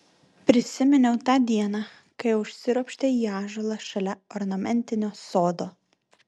prisiminiau tą dieną kai užsiropštė į ąžuolą šalia ornamentinio sodo